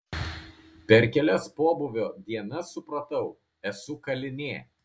per kelias pobūvio dienas supratau esu kalinė